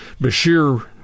Bashir